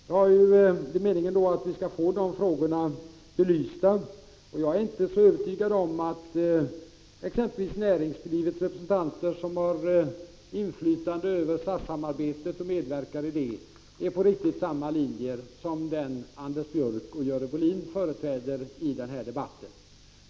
Det är meningen att vi skall få dessa frågor belysta. Jag är inte så övertygad om att exempelvis näringslivsrepresentanter som har inflytande över och medverkar i SAS-samarbetet är inne på riktigt samma linje som den som Anders Björck och Görel Bohlin företräder i den här debatten.